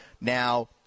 Now